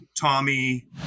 Tommy